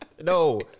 No